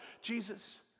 Jesus